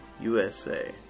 USA